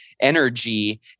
energy